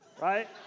right